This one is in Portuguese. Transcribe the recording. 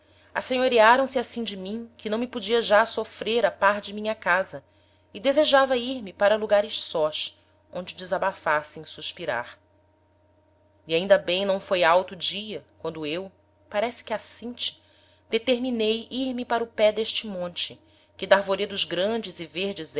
assenhorearam se assim de mim que não me podia já sofrer a par de minha casa e desejava ir me para lugares sós onde desabafasse em suspirar e ainda bem não foi alto dia quando eu parece que acinte determinei ir me para o pé d'este monte que d'arvoredos grandes e verdes